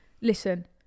Listen